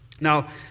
Now